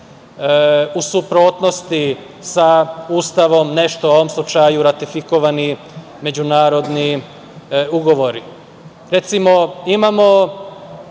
u suprotnosti sa Ustavom, u ovom slučaju ratifikovani međunarodni ugovori. Recimo, imamo